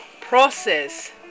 process